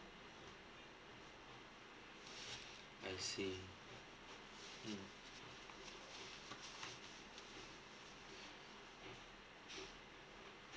I see mm